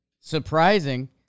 surprising